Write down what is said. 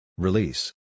Release